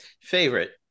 Favorite